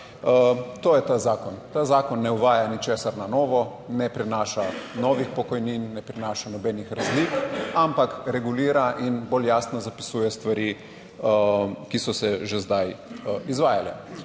To je ta zakon. Ta zakon ne uvaja ničesar na novo, ne prinaša novih pokojnin, ne prinaša nobenih razlik, ampak regulira in bolj jasno zapisuje stvari, ki so se že zdaj izvajale.